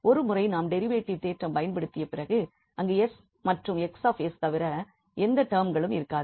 ஒரு முறை நாம் டெரிவேட்டிவ் தேற்றம் பயன்படுத்திய பிறகு அங்கு 𝑠 மற்றும் 𝑋𝑠 தவிர எந்த டேர்ம்களும் இருக்காது